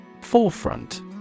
Forefront